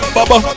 Baba